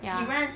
ya